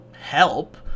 help